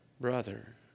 brother